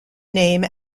name